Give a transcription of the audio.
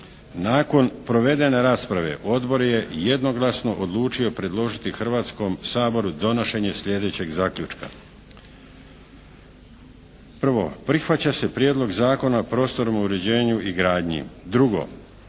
Nakon provedene rasprave odbor je jednoglasno odlučio predložiti Hrvatskom saboru donošenje sljedećeg zaključka. Prvo, prihvaća se Prijedloga Zakona o prostornom uređenju i gradnji. Drugo,